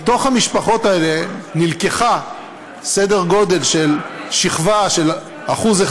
מהמשפחות האלה נלקח סדר גודל של שכבה של 1%,